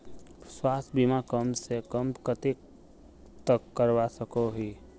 स्वास्थ्य बीमा कम से कम कतेक तक करवा सकोहो ही?